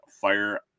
fire